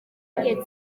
bw’i